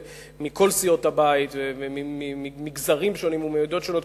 סיעות הבית וממגזרים שונים ומעדות שונות.